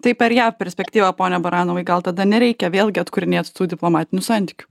taip per ją perspektyvą pone baranovai gal tada nereikia vėlgi atkūrinėti tų diplomatinių santykių